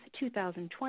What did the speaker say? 2020